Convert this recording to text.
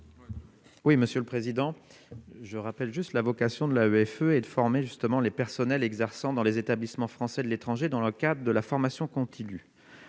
Oui, monsieur le président je rappelle juste la vocation de la EFE et de former justement les personnels exerçant dans les établissements français de l'étranger dans le cadre de la formation continue